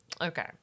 Okay